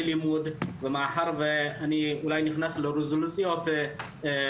לימוד ומאחר ואני אולי נכנס לרזולוציות קטנות,